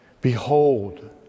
Behold